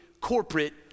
corporate